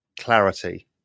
clarity